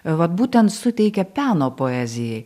vat būtent suteikia peno poezijai